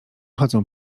chodzą